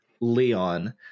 leon